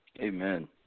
Amen